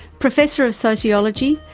professor of sociology,